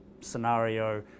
scenario